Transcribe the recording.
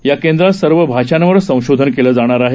या केंद्रात सर्व भाषांवर संशोधन केलं जाणार आहे